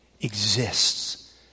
exists